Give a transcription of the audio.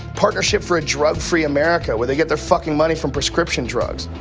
partnership for a drug free america where they get their fucking money from prescription drugs!